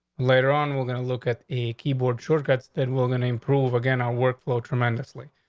later on, we're going to look at a keyboard shortcuts that we're gonna improve again. i'll workflow tremendously.